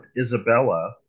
Isabella